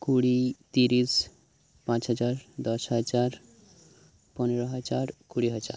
ᱠᱩᱲᱤ ᱛᱤᱨᱤᱥ ᱯᱟᱸᱪ ᱦᱟᱡᱟᱨ ᱫᱚᱥ ᱦᱟᱡᱟᱨ ᱯᱚᱱᱮᱨᱚ ᱦᱟᱡᱟᱨ ᱠᱩᱲᱤ ᱦᱟᱡᱟᱨ